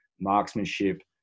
marksmanship